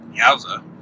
Yowza